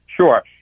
Sure